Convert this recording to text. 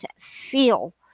feel